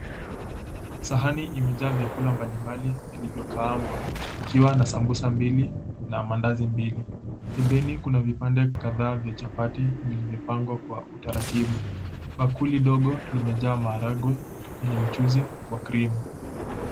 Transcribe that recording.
Sahani imejaa vyakula mbalimbali vilivyokaangwa ikiwa na sambusa mbili na maandazi mbili. Pembeni kuna vipande kadhaa vya chapati vilivyopangwa kwa utaratibu. Bakuli ndogo limejaa maharagwe kwenye mchuzi wa krimu.